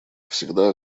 всегда